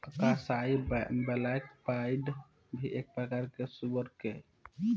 अक्साई black pied भी एक प्रकार ह सुअर के